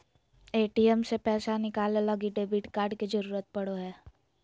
ATM से पैसा निकाले लगी डेबिट कार्ड के जरूरत पड़ो हय